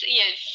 yes